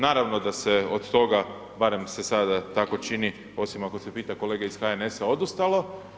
Naravno da se od toga barem se sada tako čini osim ako se pita kolege iz HNS-a odustalo.